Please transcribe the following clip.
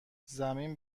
زمین